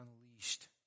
unleashed